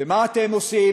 ומה אתם עושים?